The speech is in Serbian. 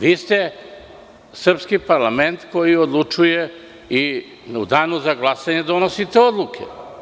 Vi ste srpski parlament koji odlučuje i u danu za glasanje donosite odluke.